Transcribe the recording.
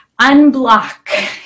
unblock